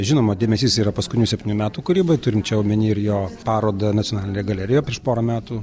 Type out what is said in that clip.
žinoma dėmesys yra paskutinių septynių metų kūrybai turint čia omeny ir jo parodą nacionalinėje galerijoje prieš porą metų